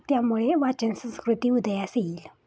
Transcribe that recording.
त्यामुळे वाचन संस्कृती उदयास येईल